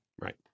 Right